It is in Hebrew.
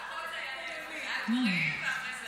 אלפיים שנה חיכינו לייצוג.